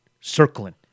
circling